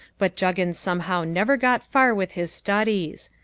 but juggins somehow never got far with his studies.